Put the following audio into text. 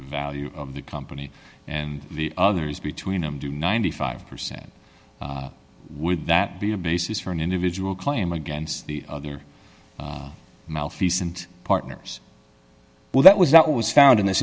value of the company and the other is between them to ninety five percent would that be a basis for an individual claim against the other malfeasant partners well that was that was found in this